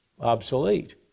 obsolete